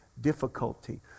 difficulty